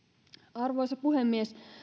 arvoisa puhemies